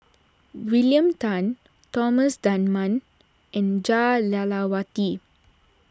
William Tan Thomas Dunman and Jah Lelawati